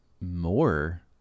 more